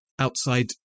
outside